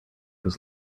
was